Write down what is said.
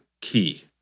key